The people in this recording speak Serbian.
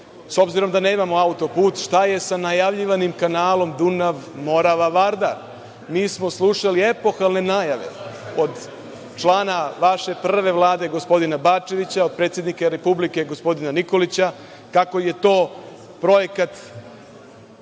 s obzirom da nemamo autoput, šta je sa najavljivanim kanalom Dunav – Morava – Vardar? Mi smo slušali epohalne najave od člana vaše prve Vlade, gospodina Bačevića, od predsednika Republike gospodina Nikolića, kako je to projekat